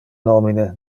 nomine